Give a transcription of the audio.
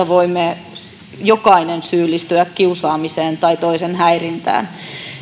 voimme jokainen syyllistyä kiusaamiseen tai sen toisen häirintään